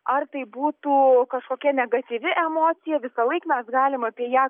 ar tai būtų kažkokia negatyvi emocija visą laik mes galim apie ją